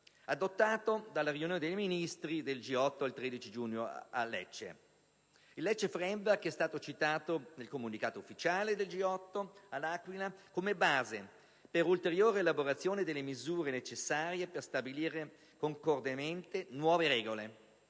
adottato nella riunione dei Ministri delle finanze del G8 del 13 giugno a Lecce. Il Lecce *Framework* è stato citato nel comunicato ufficiale del G8 de L'Aquila come base per un'ulteriore elaborazione delle misure necessarie per stabilire concordemente nuove regole